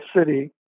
city